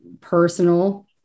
personal